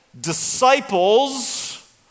disciples